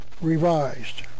revised